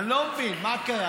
אני לא מבין, מה קרה?